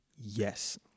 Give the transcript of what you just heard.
Yes